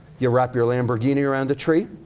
you wrap your lamborghini around a tree,